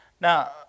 Now